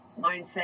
mindset